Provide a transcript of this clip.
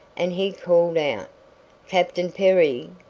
and he called out captain perry,